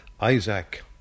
Isaac